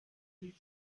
die